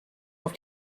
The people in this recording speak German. auf